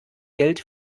geld